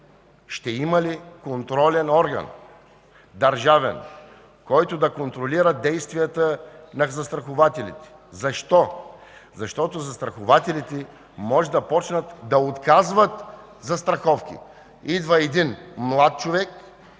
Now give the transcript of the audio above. Ще има ли контролен орган, държавен, който да контролира действията на застрахователите? Защо? Защото застрахователите може да започнат да отказват застраховки! Идва един млад човек,